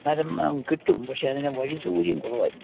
എന്നാലും കിട്ടും പക്ഷേ അതിന് വഴി സൗകര്യം കുറവായിരുന്നു